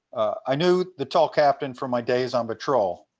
i knew the tall captain from my days on patrol.